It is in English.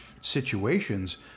situations